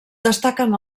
destaquen